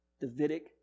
Davidic